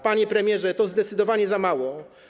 Panie premierze, to zdecydowanie za mało.